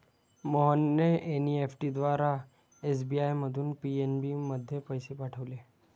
मोहनने एन.ई.एफ.टी द्वारा एस.बी.आय मधून पी.एन.बी मध्ये पैसे पाठवले